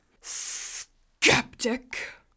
skeptic